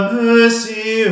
mercy